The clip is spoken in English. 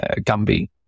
Gumby